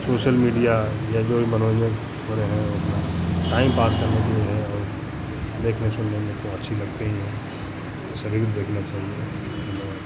social media या जो भी मनोरंजन हो रहे हैं वो सब टाइम पास करने के लिए हैं और देखने सुनने में तो अच्छे लगते ही हैं सभी को देखना चहिए इन्हें